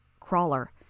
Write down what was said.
Crawler